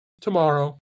tomorrow